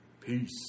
Peace